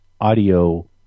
audio